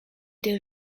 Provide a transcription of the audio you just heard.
des